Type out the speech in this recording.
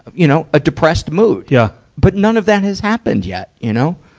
you know, a depressed mood. yeah but none of that has happened yet, you know?